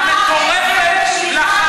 אתם לא למדתם מההיסטוריה.